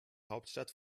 hauptstadt